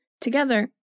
Together